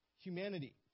humanity